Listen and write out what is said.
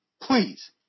Please